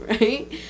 Right